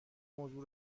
موضوع